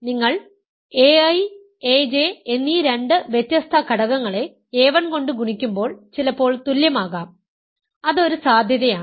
നിങ്ങൾ ai aj എന്നീ രണ്ട് വ്യത്യസ്ത ഘടകങ്ങളെ a1 കൊണ്ട് ഗുണിക്കുമ്പോൾ ചിലപ്പോൾ തുല്യമാകാം അത് ഒരു സാധ്യതയാണ്